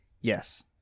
Yes